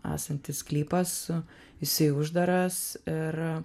esantis sklypas su jisai uždaras ir